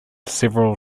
several